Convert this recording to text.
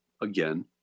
Again